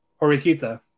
Horikita